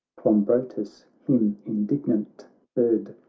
clombrotus him indignant heard.